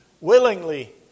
willingly